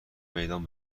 میدان